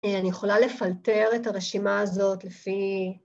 ‫אני יכולה לפלטר את הרשימה הזאת לפי...